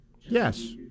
Yes